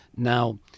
Now